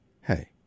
Hey